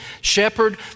shepherd